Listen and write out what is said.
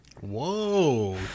Whoa